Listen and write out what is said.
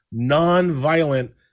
nonviolent